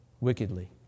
wickedly